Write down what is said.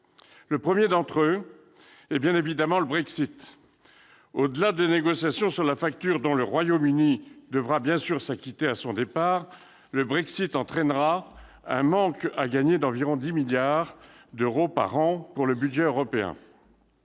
Le premier d'entre eux est bien évidemment le Brexit. Au-delà des négociations sur la facture dont le Royaume-Uni devra bien sûr s'acquitter à son départ, le Brexit entraînera un manque à gagner d'environ 10 milliards d'euros par an pour le budget européen.